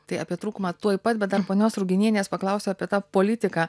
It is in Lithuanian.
tai apie trūkumą tuoj pat bet dar ponios ruginienės paklausiu apie tą politiką